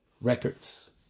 records